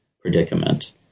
predicament